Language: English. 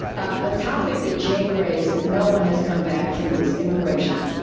a topic that jake raised that no one has come back to is immigration.